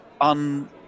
un